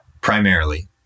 primarily